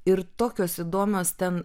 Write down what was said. ir tokios įdomios ten